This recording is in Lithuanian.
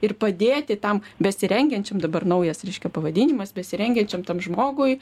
ir padėti tam besirengiančiam dabar naujas reiškia pavadinimas besirengiančiam tam žmogui